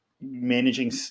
managing